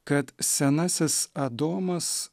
kad senasis adomas